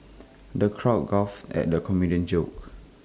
the crowd guffawed at the comedian's jokes